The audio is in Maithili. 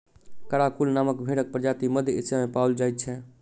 कराकूल नामक भेंड़क प्रजाति मध्य एशिया मे पाओल जाइत छै